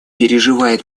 переживают